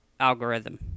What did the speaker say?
algorithm